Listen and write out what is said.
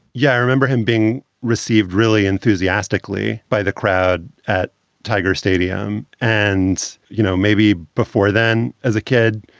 yeah, i remember him being received really enthusiastically by the crowd at tiger stadium. and, you know, maybe before then as a kid,